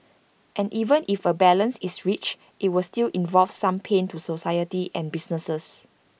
and even if A balance is reached IT will still involve some pain to society and businesses